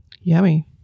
Yummy